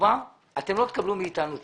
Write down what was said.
אתם לא תקבלו מאתנו תשובות.